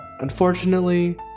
unfortunately